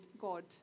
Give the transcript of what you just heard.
God